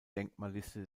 denkmalliste